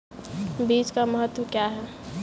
बीज का महत्व क्या है?